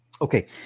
Okay